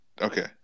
Okay